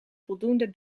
voldoende